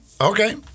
Okay